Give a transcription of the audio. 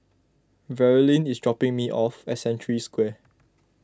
Verlyn is dropping me off at Century Square